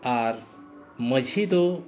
ᱟᱨ ᱢᱟᱺᱡᱷᱤ ᱫᱚ